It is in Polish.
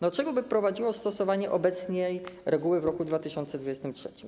Do czego by prowadziło stosowanie obecnej reguły w roku 2023?